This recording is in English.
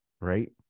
right